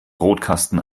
brotkasten